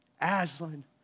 Aslan